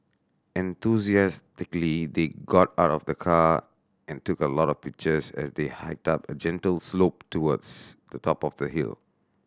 enthusiastically they got out of the car and took a lot of pictures as they hiked up a gentle slope towards the top of the hill